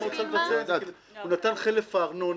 הוא נתן חלף הארנונה,